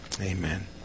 Amen